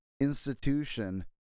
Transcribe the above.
institution